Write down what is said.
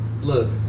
look